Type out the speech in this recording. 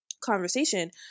conversation